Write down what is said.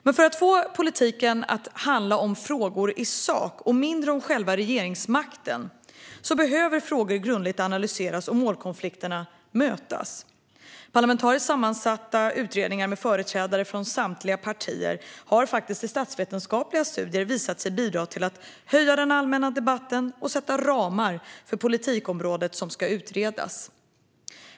Men för att få politiken att handla om sakfrågor och mindre om själva regeringsmakten behöver frågor grundligt analyseras och målkonflikterna mötas. Parlamentariskt sammansatta utredningar med företrädare för samtliga partier har enligt statsvetenskapliga studier visat sig bidra till att höja den allmänna debatten och sätta ramar för det politikområde som ska utredas.